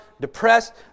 depressed